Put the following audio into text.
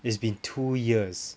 it's been two years